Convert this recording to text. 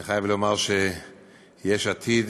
אני חייב לומר שיש עתיד